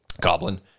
goblin